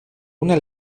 una